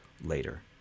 later